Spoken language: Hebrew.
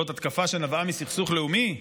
זאת התקפה שנבעה מסכסוך לאומי?